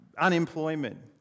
unemployment